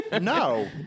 No